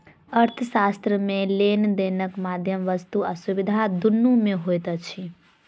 अर्थशास्त्र मे लेन देनक माध्यम वस्तु आ सुविधा दुनू मे होइत अछि